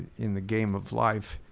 in the game of live.